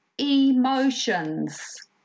emotions